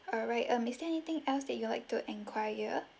alright um is there anything else that you'd like to enquire